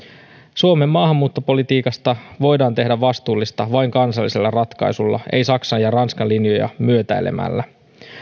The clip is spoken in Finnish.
suomen maahanmuuttopolitiikasta voidaan tehdä vastuullista vain kansallisella ratkaisulla ei saksan ja ranskan linjoja myötäilemällä